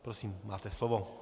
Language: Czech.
Prosím, máte slovo.